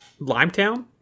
Limetown